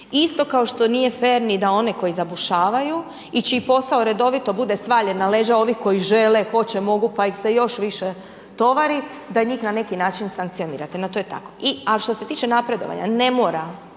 Isto kao što nije fer ni da one koji zabušavaju i čiji posao redovito bude svaljen na leđa ovih koji žele, hoće, mogu pa ih se još više tovari da i njih na neki način sankcionirate, no to je tako. A što se tiče napredovanja ne morate